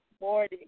morning